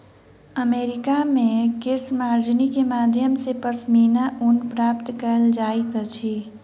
America मे केशमार्जनी के माध्यम सॅ पश्मीना ऊन प्राप्त कयल जाइत अछि